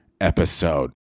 episode